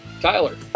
Tyler